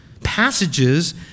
Passages